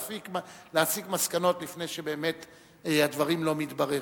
לא נזדרז להסיק מסקנות לפני שבאמת הדברים לא מתבררים,